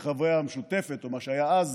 איך חברי המשותפת, או מה שהיה אז,